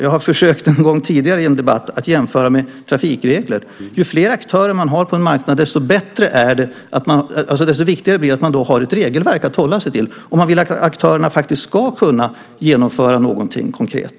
Jag har en gång tidigare i en debatt försökt att jämföra med trafikregler. Ju fler aktörer man har på en marknad, desto viktigare blir det att man har ett regelverk att hålla sig till om man vill att aktörerna ska kunna genomföra något konkret.